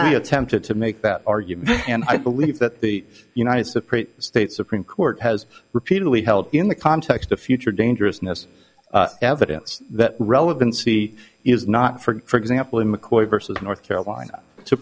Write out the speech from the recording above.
i attempted to make that argument and i believe that the united supreme state supreme court has repeatedly held in the context of future dangerousness evidence that relevancy is not for example in mccoy versus north carolina to